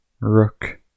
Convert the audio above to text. Rook